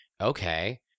Okay